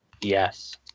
Yes